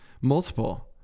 multiple